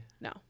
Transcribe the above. no